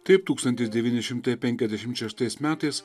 taip tūkstantis devyni šimtai penkiasdešim šeštais metais